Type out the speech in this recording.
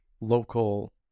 local